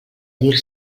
dir